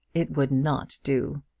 it would not do.